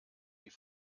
die